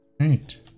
right